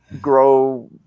grow